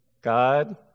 God